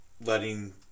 letting